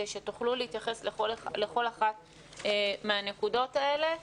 שתוכלו להתייחס לכל אחת מהנקודות האלה.